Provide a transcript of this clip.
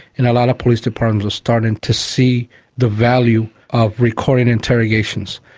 and a lot of police departments are starting to see the value of recording interrogations.